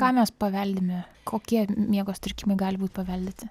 ką mes paveldime kokie miego sutrikimai gali būt paveldėti